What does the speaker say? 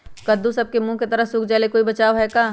कददु सब के मुँह के तरह से सुख जाले कोई बचाव है का?